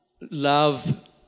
love